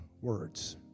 words